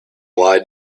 why